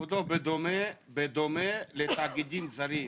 כבודו, בדומה לתאגידים זרים: